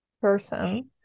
person